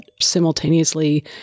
simultaneously